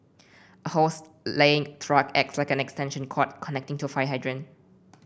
a hose laying truck acts like an extension cord connecting to fire hydrant